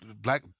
black